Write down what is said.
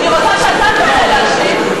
אני רוצה שאתה תעלה להשיב.